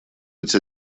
быть